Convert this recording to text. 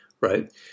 Right